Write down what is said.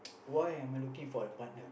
why am I looking for a partner